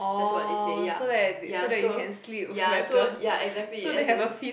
that's why they say ya ya so ya so ya exactly as in